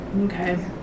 Okay